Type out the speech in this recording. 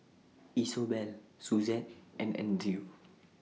Isobel Suzette and Andrew